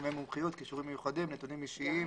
תחומי מומחיות, כישורים מיוחדים, נתונים אישיים